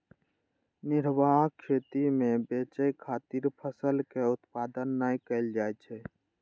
निर्वाह खेती मे बेचय खातिर फसलक उत्पादन नै कैल जाइ छै